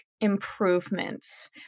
improvements